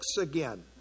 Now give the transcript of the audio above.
again